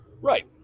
Right